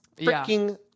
freaking